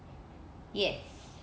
yes